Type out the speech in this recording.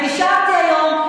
ונשארתי היום,